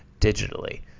digitally